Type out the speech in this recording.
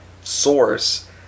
source